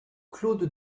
claude